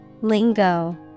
Lingo